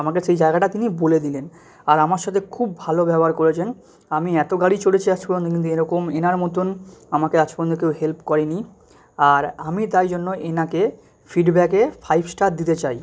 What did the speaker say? আমাকে সেই জায়গাটা তিনি বলে দিলেন আর আমার সাথে খুব ভালো ব্যবহার করেছেন আমি এত গাড়ি চড়েছি আজ পর্যন্ত কিন্তু এরকম এনার মতন আমাকে আজ পর্যন্ত কেউ হেল্প করে নি আর আমি তাই জন্য এনাকে ফিডব্যাকে ফাইভ স্টার দিতে চাই